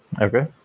okay